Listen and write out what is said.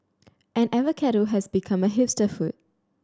and avocado has become a hipster food